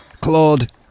Claude